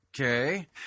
Okay